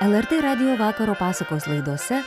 lrt radijo vakaro pasakos laidose